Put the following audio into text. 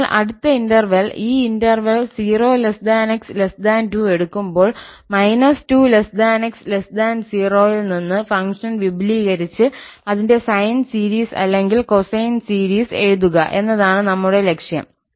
അതിനാൽ അടുത്ത ഇന്റർവെൽ ഈ ഇന്റർവെൽ 0 𝑥 2 എടുക്കുമ്പോൾ −2 𝑥 0 നിന്ന് ഫംഗ്ഷൻ വിപുലീകരിച്ച് അതിന്റെ സൈൻ സീരീസ് അല്ലെങ്കിൽ കൊസൈൻ സീരീസ് എഴുതുക എന്നതാണ് ഞങ്ങളുടെ ലക്ഷ്യം